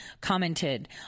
commented